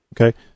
Okay